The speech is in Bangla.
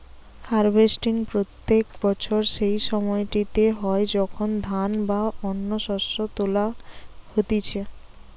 হার্ভেস্টিং প্রত্যেক বছর সেই সময়টিতে হয় যখন ধান বা অন্য শস্য তোলা হতিছে